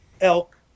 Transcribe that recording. elk